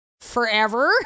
Forever